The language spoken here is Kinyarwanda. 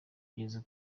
ugeze